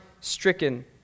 stricken